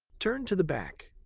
turn to the back.